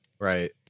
Right